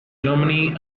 germany